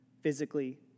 physically